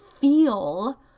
feel